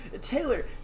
Taylor